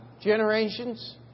generations